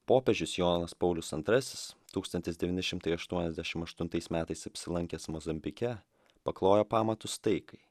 popiežius jonas paulius antrasis tūkstatis devyni šimtai aštuoniasdešim aštuntais metais apsilankęs mozambike paklojo pamatus taikai